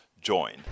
join